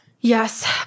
Yes